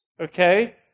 okay